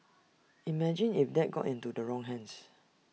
imagine if that got into the wrong hands